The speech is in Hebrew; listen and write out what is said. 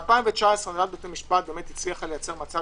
ב-2019 הנהלת בתי המשפט הצליחה לייצר מצב